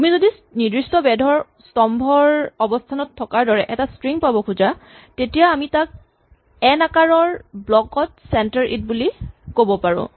তুমি যদি নিৰ্দিষ্ট বেধৰ স্তম্ভৰ অৱস্হানত থকাৰ দৰে এটা স্ট্ৰিং পাব খোজা তেতিয়া আমি তাক এন আকাৰৰ ব্লক ত চেন্টাৰ ইট বুলি ক'ব পাৰোঁ